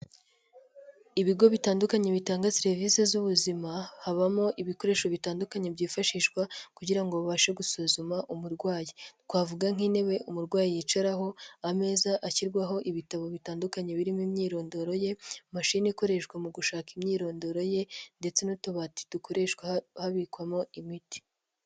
Ibigo bitandukanye bitanga serivisi z'ubuzima, habamo ibikoresho bitandukanye byifashishwa kugira babashe gusuzuma umurwayi, twavuga nk'intebe umurwayi yicaraho, ameza ashyirwaho ibitabo bitandukanye birimo imyirondoro ye, imashini ikoreshwa mu gushaka imyirondoro ye, ndetse n'utubati dukoreshwa habikwamo imiti.